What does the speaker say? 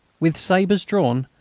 with sabres drawn,